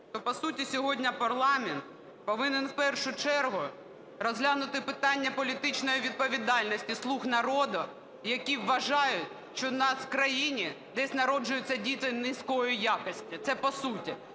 то, по суті, сьогодні парламент повинен в першу чергу розглянути питання політичної відповідальності "слуг народу", які вважають, що у нас в країні десь народжуються діти низької якості. Це по суті.